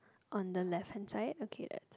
on the left hand side okay that's